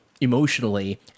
emotionally